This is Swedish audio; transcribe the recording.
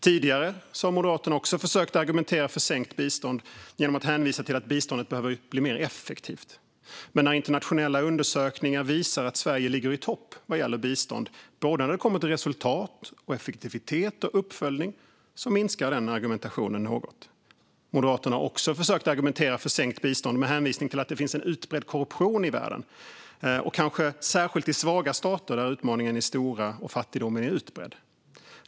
Tidigare har Moderaterna försökt att argumentera för sänkt bistånd genom att hänvisa till att biståndet behöver bli mer effektivt. Men när internationella undersökningar visat att Sverige ligger i topp vad gäller bistånd såväl när det gäller resultat och effektivitet som när det gäller uppföljning har den argumentationen minskat något. Moderaterna har också försökt att argumentera för sänkt bistånd med hänvisning till att det finns en utbredd korruption i världen, kanske särskilt i svaga stater, där utmaningarna är stora och fattigdomen utbredd.